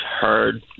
heard